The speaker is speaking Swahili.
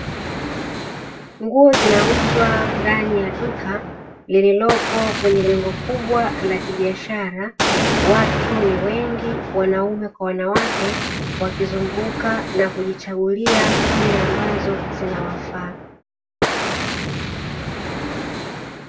Nguo zinauzwa ndani ya duka lililopo kwenye jengo kubwa la kibiashara, watu ni wengi wanaume kwa wanawake wakizunguka na kujichagulia zile ambazo zinawafaa.